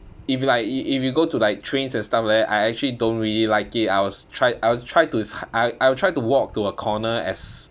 if like if if if you go to like trains and stuff right I actually don't really like it I will try I will try to s~ h~ I will try to walk to a corner as